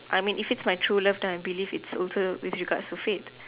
I mean if it my true love then I believed it's also will you got to fate